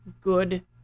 good